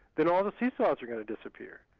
then all the see-saws are going to disappear.